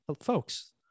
folks